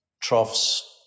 troughs